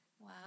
Wow